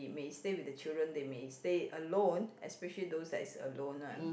may stay with their children they may stay alone especially those that is alone one